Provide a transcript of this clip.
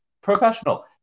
Professional